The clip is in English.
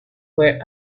were